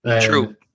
True